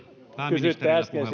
kysyitte äsken